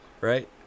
right